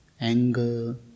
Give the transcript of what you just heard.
anger